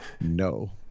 no